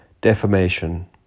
Defamation